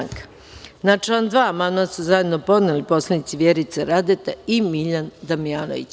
Na član 2. amandman su zajedno podneli poslanici Vjerica Radeta i Miljan Damjanović.